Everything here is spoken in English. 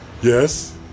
Yes